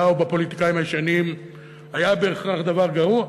ובפוליטיקאים הישנים היה בהכרח דבר גרוע.